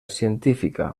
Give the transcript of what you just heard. científica